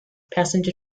passenger